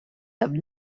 have